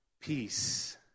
peace